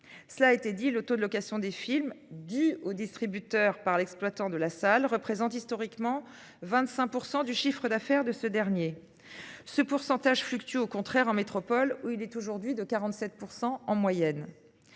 Cela a été dit, le taux de location des films dits au distributeur par l'exploitant de la salle représente historiquement 25% du chiffre d'affaires de ce dernier. Ce pourcentage fluctue au contraire en métropole où il est aujourd'hui de 47% en moyenne.